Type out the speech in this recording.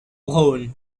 brown